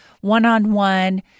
one-on-one